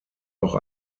auch